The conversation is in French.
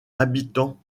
habitant